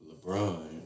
LeBron